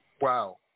Wow